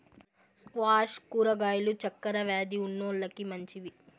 squash కూరగాయలు చక్కర వ్యాది ఉన్నోలకి మంచివి